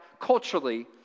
culturally